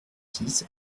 six